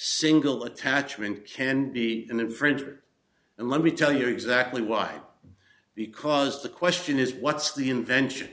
single attachment can be an infringer and let me tell you exactly why because the question is what's the invention